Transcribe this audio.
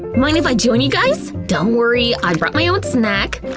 mind if i join you guys? don't worry, i brought my own snack.